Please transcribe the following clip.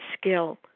skill